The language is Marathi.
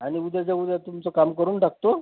आणि उद्याच्या उद्या तुमचं काम करून टाकतो